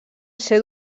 ser